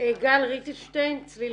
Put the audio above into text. --- גל רויטשטיין, צליל